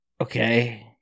okay